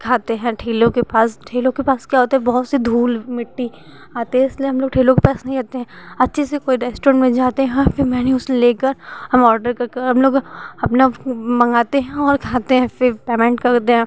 खाते हैं ठेलों के पास ठेलों के पास क्या होता है बहुत से धूल मिट्टी आते है इसलिए हम लोग ठेलों के पास नही आते हैं अच्छे से कोई रेस्टोरेंट में जाते हैं और फिर मेन्यूज़ लेकर हम ऑर्डर कर कर हम लोग अपना मँगाते हैं और खाते हैं फिर पेमेंट करते हैं